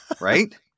right